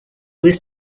was